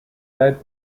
led